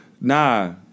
Nah